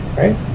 right